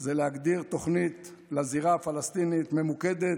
זה להגדיר תוכנית לזירה הפלסטינית, תוכנית ממוקדת,